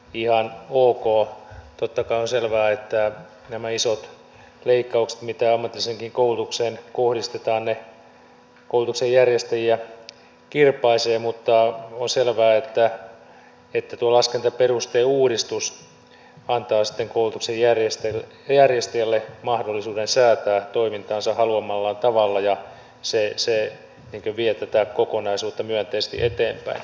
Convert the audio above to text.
totta kai on selvää että nämä isot leikkaukset mitä ammatilliseenkin koulutukseen kohdistetaan koulutuksen järjestäjiä kirpaisevat mutta on selvää että tuo laskentaperusteuudistus antaa sitten koulutuksen järjestäjälle mahdollisuuden säätää toimintaansa haluamallaan tavalla ja se vie tätä kokonaisuutta myönteisesti eteenpäin